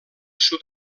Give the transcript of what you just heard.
sud